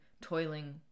toiling